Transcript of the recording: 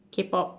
K-pop